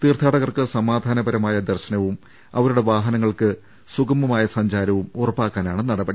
തീർത്ഥാടകർക്ക് സമാധാനപരമായ ദർശനവും അവരുടെ വാഹ നങ്ങൾക്ക് സുഗമമായ സഞ്ചാരവും ഉറപ്പാക്കാനാണ് നടപടി